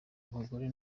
abagore